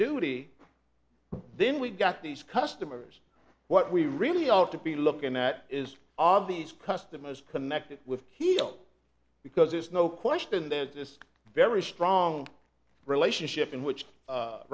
duty then we've got these customers what we really ought to be looking at is all of these customers connected with keil because there's no question that this very strong relationship in which